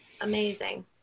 amazing